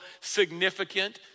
significant